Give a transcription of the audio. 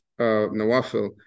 Nawafil